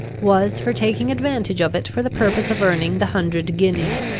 was for taking advantage of it for the purpose of earning the hundred guineas.